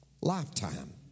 lifetime